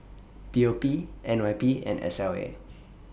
P O P N Y P and S L A